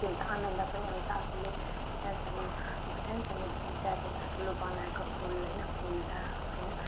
के हुन्छ आनन्द पनि आउँछ आफूले त्यो सानसानो सानसानोदेखि चाहिँ अब ठुलो बनाएको फुल होइन फुल्दा होइन